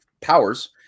powers